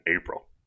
April